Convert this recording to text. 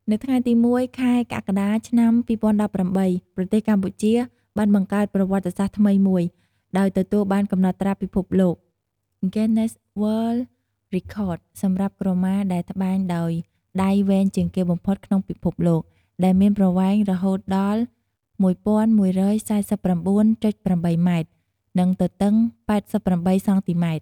នៅថ្ងៃទី១ ខែកក្កដា ឆ្នាំ២០១៨ ប្រទេសកម្ពុជាបានបង្កើតប្រវត្តិសាស្ត្រថ្មីមួយ ដោយទទួលបានកំណត់ត្រាពិភពលោក Guinness World Records សម្រាប់ក្រមាដែលត្បាញដោយដៃវែងជាងគេបំផុតក្នុងពិភពលោក ដែលមានប្រវែងរហូតដល់ ១១៤៩.៨ ម៉ែត្រ និងទទឹង ៨៨ សង់ទីម៉ែត្រ។